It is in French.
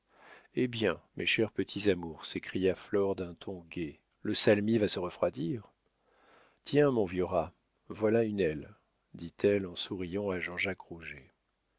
eh bien mes chers petits amours s'écria flore d'un ton gai le salmis va se refroidir tiens mon vieux rat voilà une aile dit-elle en souriant à